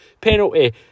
penalty